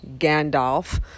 Gandalf